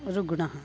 रुग्णः